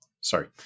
sorry